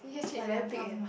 like their prawn